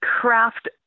craft